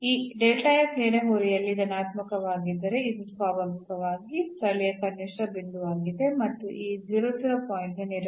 ಇಲ್ಲಿ ನಾವು k 0 ಗಿಂತ ಕಡಿಮೆ ಇದ್ದರೆ ಧನಾತ್ಮಕವಾಗಿರುತ್ತದೆ ಮತ್ತು ಇತರ ಸಾಧ್ಯತೆಗಳಲ್ಲಿ ನಾವು ನಮ್ಮ ಮತ್ತು ಅನ್ನು ಗಿಂತ ದೊಡ್ಡದಿರುವ ಹಾಗೆ ಮತ್ತು ಗಿಂತ ಕಡಿಮೆ ಇರುವ ಹಾಗೆ ಆಯ್ಕೆ ಮಾಡುತ್ತೇವೆ